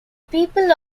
people